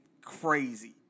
crazy